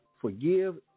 forgive